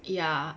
ya